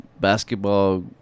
basketball